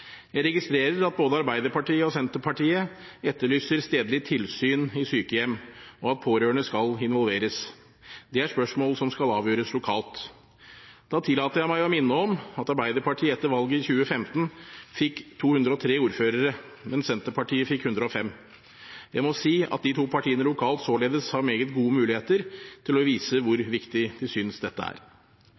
Jeg registrerer at både Arbeiderpartiet og Senterpartiet etterlyser stedlig tilsyn i sykehjem, og at pårørende skal involveres. Det er spørsmål som skal avgjøres lokalt. Da tillater jeg meg å minne om at Arbeiderpartiet etter valget i 2015 fikk 203 ordførere, mens Senterpartiet fikk 105. Jeg må si at de to partiene lokalt således har meget gode muligheter til å vise hvor viktig de synes dette er.